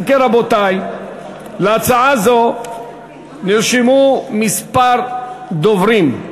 אם כן, רבותי, להצעה זו נרשמו כמה דוברים.